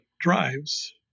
drives